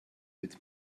with